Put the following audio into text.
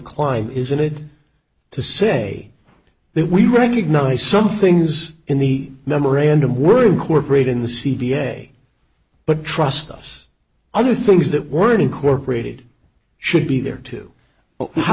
climb isn't it to say that we recognize some things in the memorandum were incorporated in the c b s way but trust us other things that weren't incorporated should be there to how